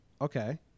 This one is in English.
Okay